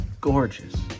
gorgeous